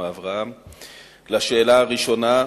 לשאלה הראשונה,